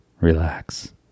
Relax